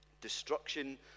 Destruction